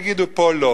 יגידו: פה לא.